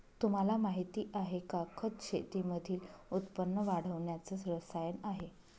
तुम्हाला माहिती आहे का? खत शेतीमधील उत्पन्न वाढवण्याच रसायन आहे